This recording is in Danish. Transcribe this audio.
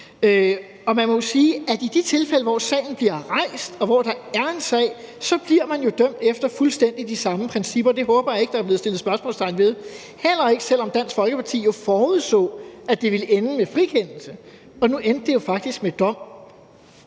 og man må sige, at i de tilfælde, hvor sagen bliver rejst, og hvor der er en sag, bliver man dømt efter de fuldstændig samme principper. Det håber jeg ikke der er blevet stillet spørgsmålstegn ved, heller ikke selv om Dansk Folkeparti forudså, at det ville ende med frikendelse. Nu endte det jo faktisk med en dom.